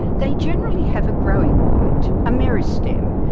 they generally have a growing point, a meristem,